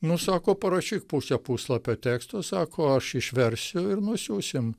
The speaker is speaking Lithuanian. nu sako parašyk pusę puslapio teksto sako aš išversiu ir nusiųsim